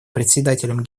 председателем